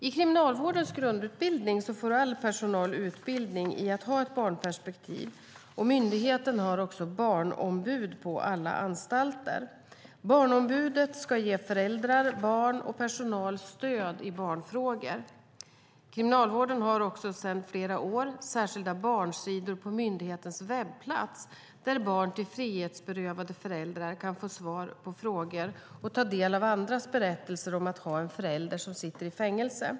I Kriminalvårdens grundutbildning får all personal utbildning i att ha ett barnperspektiv, och myndigheten har också barnombud på alla anstalter. Barnombudet ska ge föräldrar, barn och personal stöd i barnfrågor. Kriminalvården har sedan flera år särskilda barnsidor på myndighetens webbplats där barn till frihetsberövade föräldrar kan få svar på frågor och ta del av andras berättelser om att ha en förälder som sitter i fängelse.